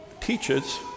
teaches